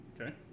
Okay